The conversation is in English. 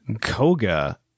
koga